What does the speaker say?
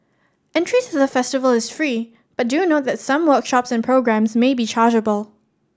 entries to the festival is free but do note that some workshops and programmes may be chargeable